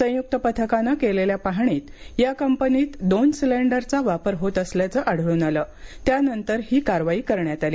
संय्क्त पथकाने केलेल्या पाहणीत या कंपनीत दोन सिलेंडरचा वापर होत असल्याचं आढळून आलं त्यानंतर ही कारवाई करण्यात आली